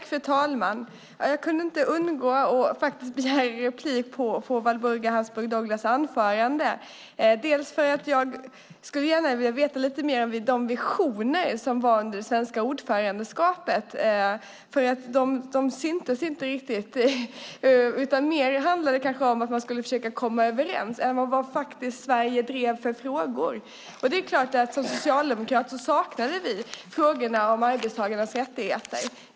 Fru talman! Jag kunde inte underlåta att begära replik på Walburga Habsburg Douglas anförande, bland annat för att jag gärna skulle vilja veta lite mer om de visioner som var aktuella under det svenska ordförandeskapet. De syntes inte riktigt. Det handlade kanske mer om att man skulle försöka komma överens än om vilka frågor Sverige faktiskt drev. Det är klart att vi som socialdemokrater saknade frågorna om arbetstagarnas rättigheter.